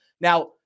Now